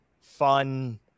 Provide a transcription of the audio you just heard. fun